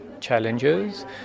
challenges